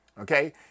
okay